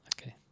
Okay